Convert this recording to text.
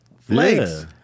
Flakes